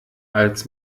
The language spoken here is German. als